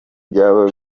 byaba